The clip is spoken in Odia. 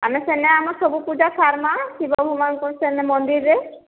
ଆମେ ସେନେ ଆମ ସବୁ ପୂଜା ସାରମା ଶିବ ଭଗବାନଙ୍କ ସେନେ ମନ୍ଦିରରେ